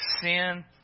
sin